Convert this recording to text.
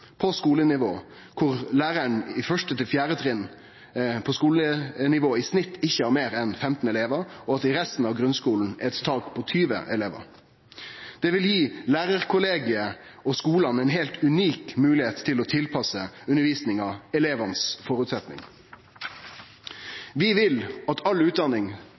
på skolenivå, der læraren frå første til fjerde trinn i snitt ikkje har meir enn 15 elevar, medan det i resten av grunnskolen er eit tak på 20 elevar. Det vil gi lærarkollegiet og skolane ein heilt unik moglegheit til å tilpasse undervisninga føresetnadene til elevane. Vi vil at all utdanning